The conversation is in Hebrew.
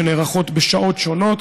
שנערכות בשעות שונות,